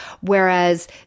Whereas